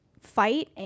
fight